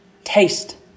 Taste